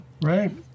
Right